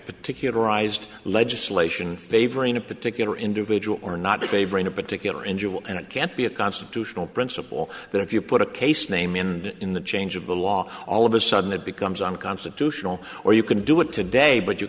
particularized legislation favoring a particular individual or not to favor in a particular enjoyable and it can't be a constitutional principle that if you put a case name in in the change of the law all of a sudden it becomes unconstitutional or you can do it today but you